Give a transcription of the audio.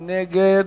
מי נגד?